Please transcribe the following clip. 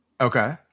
Okay